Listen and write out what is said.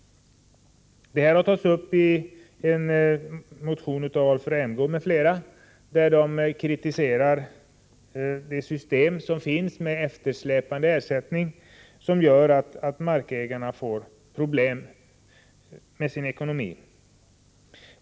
Detta har tagits upp i en motion av Rolf Rämgård m.fl. Där kritiseras det nuvarande systemet med eftersläpande ersättning, vilket gör att markägarna får problem med sin ekonomi.